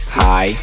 hi